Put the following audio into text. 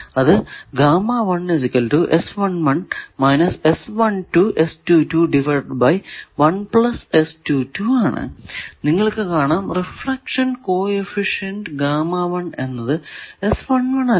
അത് ആണ് നിങ്ങൾക്കു കാണാം റിഫ്ലക്ഷൻ കോ എഫിഷ്യന്റ് എന്നത് അല്ല